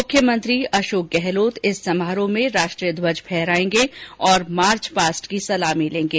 मुख्यमंत्री अशोक गहलोत इस समारोह में राष्ट्रीय ध्वज फहराएंगे और मार्च पास्ट की सलामी लेंगे